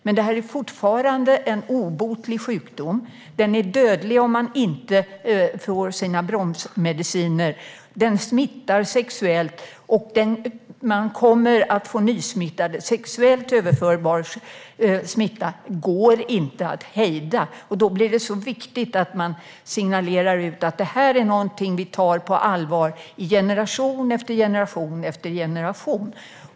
Men det är fortfarande en obotlig sjukdom. Den är dödlig om man inte får bromsmediciner. Den smittar sexuellt, och det kommer att finnas nysmittade. Sexuellt överförbar smitta går inte att hejda. Då blir det viktigt att man i generation efter generation signalerar att detta är någonting man tar på allvar.